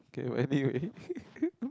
K anyway